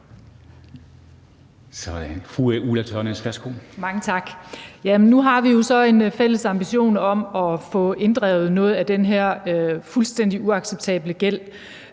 Nu har vi jo så en fælles ambition om at få inddrevet noget af den her fuldstændig uacceptable gæld,